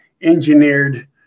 engineered